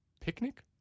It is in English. Picnic